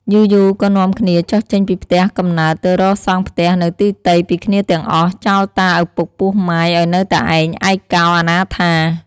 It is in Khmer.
យូរៗក៏នាំគ្នាចុះចេញពីផ្ទះកំណើត ទៅរកសង់ផ្ទះនៅទីទៃពីគ្នាទាំងអស់ ចោលតាឪពុកពោះម៉ាយឱ្យនៅតែឯកោអនាថា។